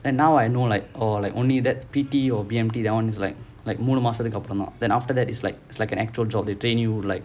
then now I know like oj like only that P_T or B_M_T that [one] is like like மூணு மாசத்துக்கு அப்புறம் தான்:moonu maasathukku appuram thaan then after that it's like it's like an actual job they train you like